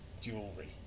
jewelry